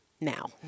now